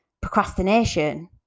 procrastination